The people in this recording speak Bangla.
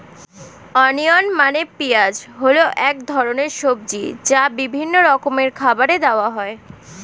অনিয়ন মানে পেঁয়াজ হল এক ধরনের সবজি যা বিভিন্ন রকমের খাবারে দেওয়া হয়